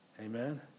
Amen